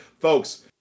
Folks